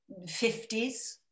50s